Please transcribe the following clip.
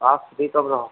आप फ़्री कब रहोगे